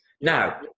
Now